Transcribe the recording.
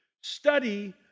study